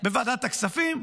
בוועדת הכספים,